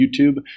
YouTube